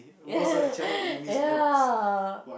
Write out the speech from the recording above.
ya ya